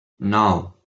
nou